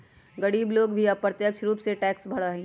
गरीब लोग भी अप्रत्यक्ष रूप से टैक्स भरा हई